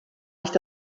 nicht